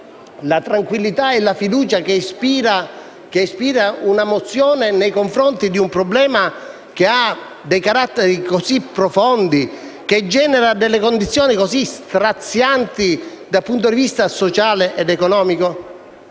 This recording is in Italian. la tranquillità e la fiducia che ispira un testo nei confronti di un problema che ha caratteri così profondi, che genera condizioni così strazianti dal punto di vista sociale ed economico?